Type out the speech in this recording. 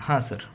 हां सर